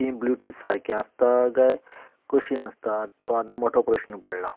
ती ब्लुतूत सारकीं आसता काय कशीं आसता तो आतां मोठो प्रश्न पडलां